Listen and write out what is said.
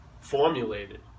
formulated